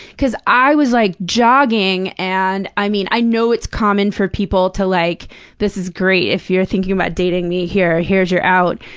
cause i was, like, jogging and i mean, i know it's common for people to, like this is great if you're thinking about dating me, here. here's your out.